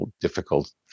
difficult